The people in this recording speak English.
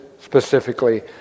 specifically